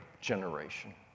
generation